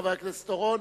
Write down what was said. חבר הכנסת אורון,